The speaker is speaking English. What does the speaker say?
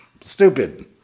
stupid